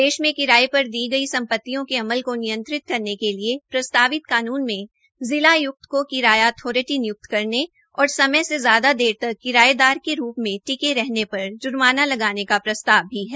देश में किराये पर दी गई समपतियों के अलम को नियंत्रित करने के लिये प्रस्तावित कानून मे जिला आय्क्त को किराया अथारिटी निय्क्त करने और समय से ज्यादा देर तक किरायेदार के रूप मे टिके रहने पर ज्र्माना लगाने का प्रस्तव भी है